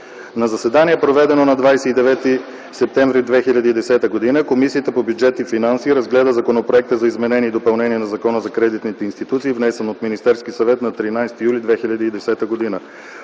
На заседание, проведено на 29 септември 2010 г., Комисията по бюджет и финанси разгледа Законопроекта за изменение и допълнение на Закона за кредитните институции, внесен от Министерския съвет на 13 юли 2010 г.